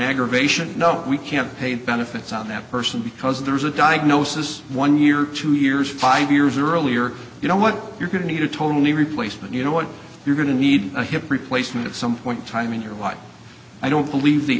aggravation no we can't pay benefits on that person because there's a diagnosis one year or two years five years earlier you know what you're going to need a total knee replacement you know what you're going to need a hip replacement at some point in time in your life i don't believe the